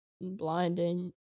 blinding